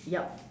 yup